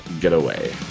Getaway